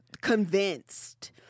convinced